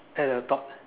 at a thought